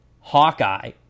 Hawkeye